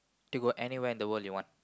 to go anywhere in the world you want